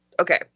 Okay